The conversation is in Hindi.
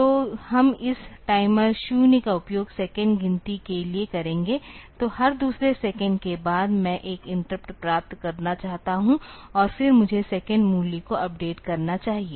तो हम इस टाइमर 0 का उपयोग सेकंड गिनती के लिए करेंगे तो हर दूसरे सेकंड के बाद मैं एक इंटरप्ट प्राप्त करना चाहता हूं और फिर मुझे सेकंड मूल्य को अपडेट करना चाहिए